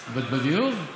בדיון?